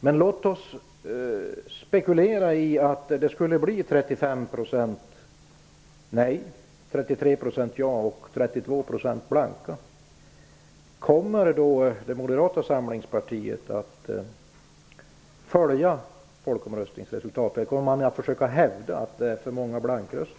Men låt oss spekulera i att det skulle bli 35 % nej, Moderata samlingspartiet att följa folkomröstningsresultatet, eller kommer man att försöka hävda att det är för många blankröster?